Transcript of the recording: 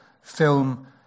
film